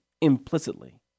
implicitly